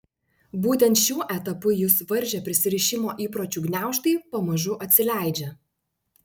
būtent šiuo etapu jus varžę prisirišimo įpročių gniaužtai pamažu atsileidžia